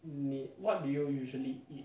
so half of us eat cai tao kway half of us eat